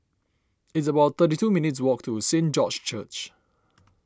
it's about thirty two minutes' walk to Saint George's Church